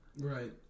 Right